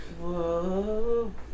Whoa